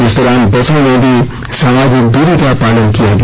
इस दौरान बसों में भी समाजिक दूरी का पालन किया गया